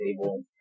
table